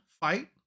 fight